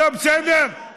בסדר.